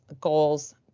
goals